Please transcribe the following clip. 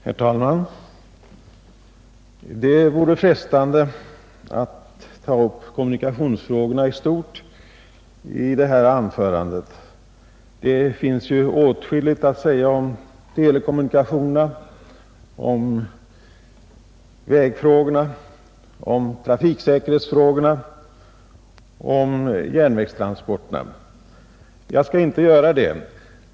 Herr talman! Det vore frestande att ta upp kommunikationsfrågorna i stort i detta anförande. Det finns åtskilligt att säga om telekommunikationerna, om vägfrågorna, om trafiksäkerhetsfrågorna och om järnvägstransporterna. Jag skall inte göra det.